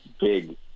big